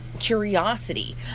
curiosity